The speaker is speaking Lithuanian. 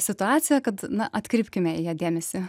situacija kad na atkreipkime į ją dėmesį